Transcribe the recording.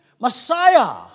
Messiah